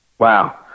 Wow